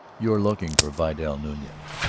you're looking for vidal nunez,